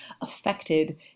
affected